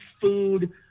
food